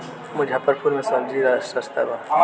मुजफ्फरपुर में सबजी सस्ता बा